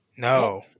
No